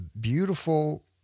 beautiful